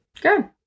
Good